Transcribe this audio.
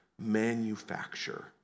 manufacture